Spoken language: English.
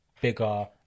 bigger